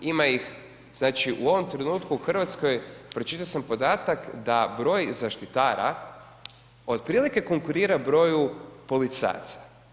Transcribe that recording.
Ima ih znači u ovom trenutku u Hrvatskoj, pročitao sam podatak, da broj zaštitara otprilike konkurira broju policajaca.